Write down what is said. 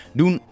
doen